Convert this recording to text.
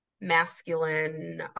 masculine